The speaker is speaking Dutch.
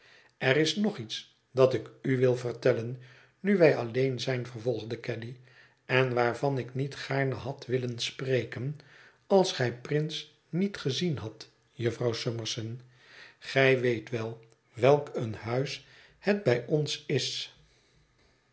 er is nog iets dat ik u wil vertellen nu wij alleen zjn vervolgde caddy en waarvan ik niet gaarne had willen spreken als gij prince niet gezien hadt jufvrouw summerson gij weet wel welk een huis het bij ons is